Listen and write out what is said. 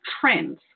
trends